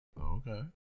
Okay